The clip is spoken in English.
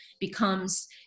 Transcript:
becomes